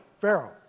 Pharaoh